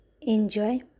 enjoy